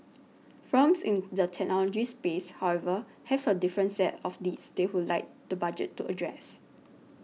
firms in the technology space however have a different set of needs they would like the Budget to address